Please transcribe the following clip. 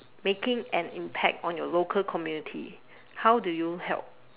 making an impact on your local community how do you help